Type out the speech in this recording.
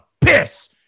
Piss